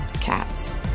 cats